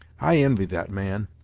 i invy that man!